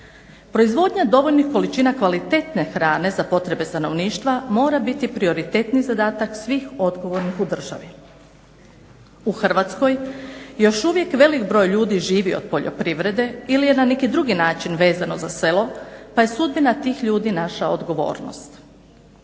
Proizvodnja dovoljnih količina kvalitetne hrane za potrebe stanovništva mora biti prioritetni zadatak svih odgovornih u državi. U Hrvatskoj još uvijek velik broj ljudi živi od poljoprivrede ili je na neki drugi način vezano za selo, pa je sudbina tih ljudi naša odgovornost.